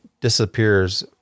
disappears